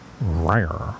Rare